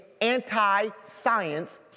anti-science